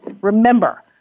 Remember